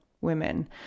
women